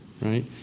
right